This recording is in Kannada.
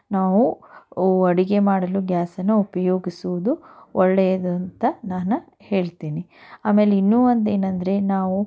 ನಾವು ಅಡಿಗೆ ಮಾಡಲು ಗ್ಯಾಸನ್ನು ಉಪಯೋಗಿಸುವುದು ಒಳ್ಳೆಯದು ಅಂತ ನಾನು ಹೇಳ್ತೀನಿ ಆಮೇಲೆ ಇನ್ನೂ ಒಂದೇನಂದ್ರೆ ನಾವು